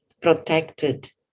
protected